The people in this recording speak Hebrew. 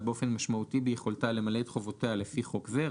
באופן משמעותי ביכולתה למלא את חובותיה לפי חוק זה,